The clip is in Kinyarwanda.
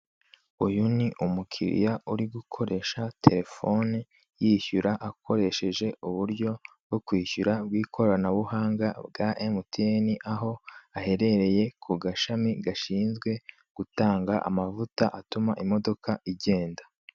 Uyu ni umukiliya uri gukoresha telefone yishyura akoresheje uburyo bwo kwishyura bw'ikoranabuhanga bwa emutiyeni, aho aherereye kugashami gashinzwe gutanga amavuta atuma imodoka igenda.